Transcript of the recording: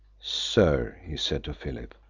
sir, he said to philip,